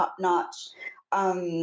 top-notch